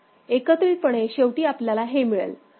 एकत्रितपणे शेवटी आपल्याला हे मिळेल